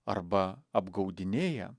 arba apgaudinėja